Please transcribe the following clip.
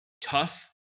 tough